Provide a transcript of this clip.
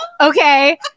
Okay